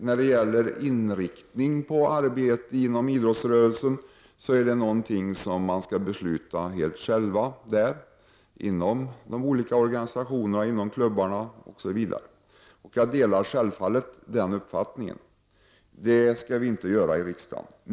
När det gäller inriktningen på arbetet inom idrottsrörelsen säger majoriteten i utskottet att det är någonting som man skall besluta om helt själv inom de olika organisationerna, inom klubbarna osv. Jag delar självfallet den uppfattningen. Sådant skall vi inte besluta om i riksdagen.